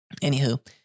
anywho